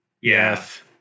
Yes